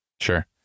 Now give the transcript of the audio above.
Sure